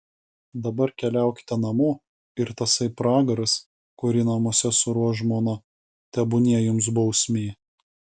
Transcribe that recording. dabar keliaukite namo ir tasai pragaras kurį namuose suruoš žmona tebūnie jums bausmė